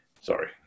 Sorry